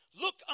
Look